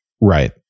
Right